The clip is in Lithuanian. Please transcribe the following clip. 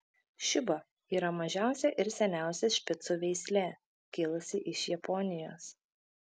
šiba yra mažiausia ir seniausia špicų veislė kilusi iš japonijos